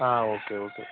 ആ ഓക്കേ ഒക്കെ